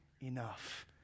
enough